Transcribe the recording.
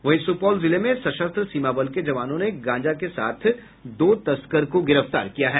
वहीं सुपौल जिले में सशस्त्र सीमा बल के जवानों ने गांजा के साथ दो तस्कर को गिरफ्तार किया है